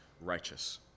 righteous